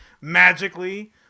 magically